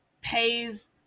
pays